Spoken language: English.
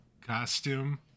costume